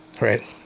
Right